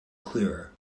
clearer